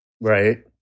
Right